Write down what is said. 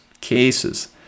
cases